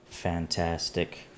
fantastic